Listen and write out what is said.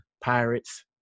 Pirates